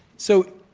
so,